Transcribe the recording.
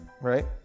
Right